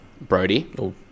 Brody